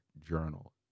journal